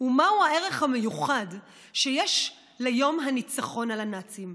ומהו הערך המיוחד שיש ליום הניצחון על הנאצים,